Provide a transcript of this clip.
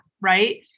right